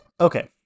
Okay